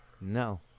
No